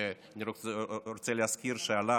שאני רוצה להזכיר שעלה